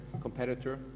competitor